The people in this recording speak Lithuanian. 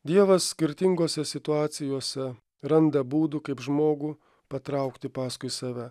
dievas skirtingose situacijose randa būdų kaip žmogų patraukti paskui save